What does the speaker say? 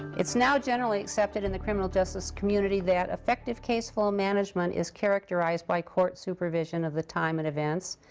it's now generally accepted in the criminal justice community that effective caseflow management is characterized by court supervision of the time and events,